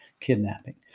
kidnapping